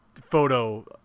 photo